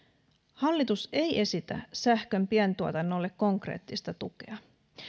hallitus ei esitä sähkön pientuotannolle konkreettista tukea